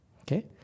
Okay